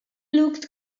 looked